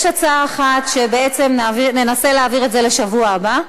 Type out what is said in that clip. יש הצעה אחת שננסה להעביר את זה לשבוע הבא,